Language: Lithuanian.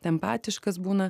empatiškas būna